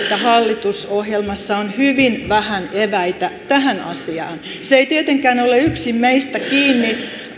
hallitusohjelmassa on hyvin vähän eväitä tähän asiaan se ei tietenkään ole yksin meistä kiinni